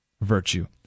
virtue